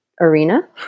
arena